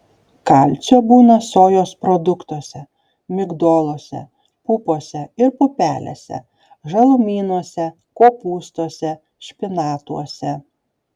kalcio būna sojos produktuose migdoluose pupose ir pupelėse žalumynuose kopūstuose špinatuose